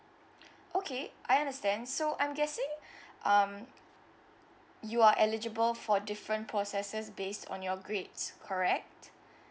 okay I understand so I'm guessing um you are eligible for different processes based on your grades correct